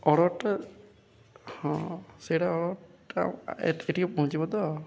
ଅର୍ଡ଼ରଟା ହଁ ସେଇଟା ଅର୍ଡ଼ରଟା ଏଠିକି ପହଞ୍ଚିବ ତ